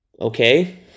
okay